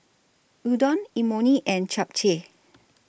Udon Imoni and Japchae